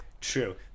true